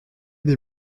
des